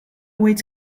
weights